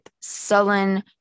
sullen